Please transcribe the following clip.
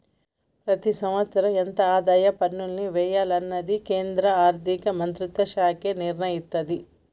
ప్రతి సంవత్సరం ఎంత ఆదాయ పన్నుల్ని వెయ్యాలనేది కేంద్ర ఆర్ధిక మంత్రిత్వ శాఖే నిర్ణయిత్తది